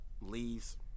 leaves